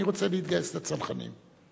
אני רוצה להתגייס לצנחנים.